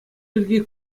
пирки